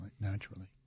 naturally